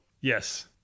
Yes